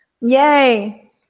Yay